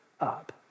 up